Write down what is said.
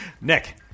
Nick